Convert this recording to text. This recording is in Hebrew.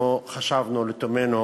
אנחנו חשבנו לתומנו